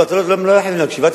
לא, אתם לא חייבים להקשיב.